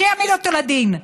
שיעמיד אותו לדין,